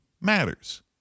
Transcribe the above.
matters